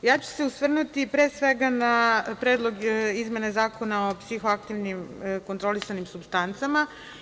Osvrnuću se pre svega na Predlog izmene Zakona o psihoaktivnim kontrolisanim supstancama.